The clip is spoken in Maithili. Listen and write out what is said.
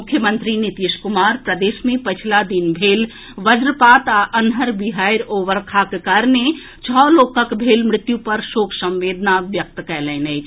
मुख्यमंत्री नीतीश कुमार प्रदेश मे पछिला दिन भेल वजपात आ अन्हर बिहाड़ि ओ वर्षाक कारणे छओ लोकक भेल मृत्यु पर शोक संवेदना व्यक्त कयलनि अछि